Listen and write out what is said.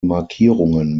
markierungen